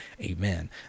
Amen